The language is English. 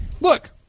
look